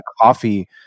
coffee